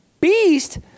beast